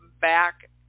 back